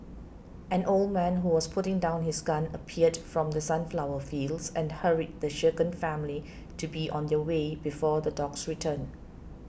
an old man who was putting down his gun appeared from the sunflower fields and hurried the shaken family to be on their way before the dogs return